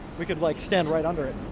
we could like stand right under it.